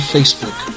Facebook